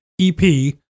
EP